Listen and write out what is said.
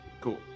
Cool